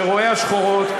שרואי השחורות,